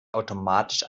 automatisch